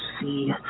see